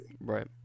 Right